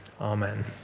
amen